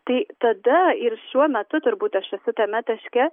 tai tada ir šiuo metu turbūt aš esu tame taške